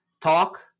talk